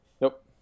nope